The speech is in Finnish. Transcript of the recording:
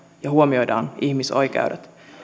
ja huomioidaan ihmisoikeudet